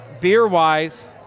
beer-wise